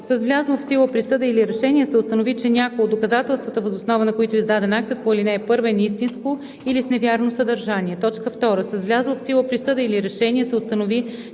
с влязла в сила присъда или решение се установи, че някое от доказателствата, въз основа на които е издаден актът по ал. 1, е неистинско или с невярно съдържание; 2. с влязла в сила присъда или решение се установи,